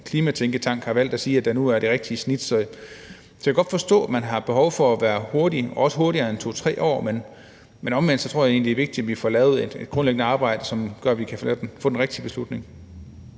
klimatænketank har valgt at sige nu er det rigtige snit. Jeg kan godt forstå, at man har behov for, at det skal være hurtigt, også hurtigere end 2-3 år, men omvendt tror jeg egentlig, det er vigtigt, at vi får lavet et grundigt arbejde, som gør, at vi kan få den rigtige beslutning.